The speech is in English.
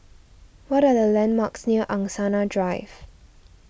what are the landmarks near Angsana Drive